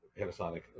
Panasonic